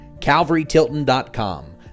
calvarytilton.com